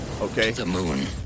Okay